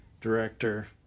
director